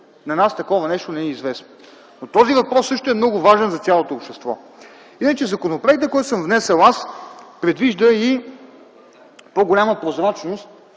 На нас такова нещо не ни е известно, но този въпрос също е много важен за цялото общество. Законопроектът, който съм внесъл аз, предвижда и по-голяма прозрачност